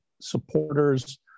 supporters